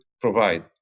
provide